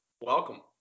welcome